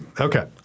Okay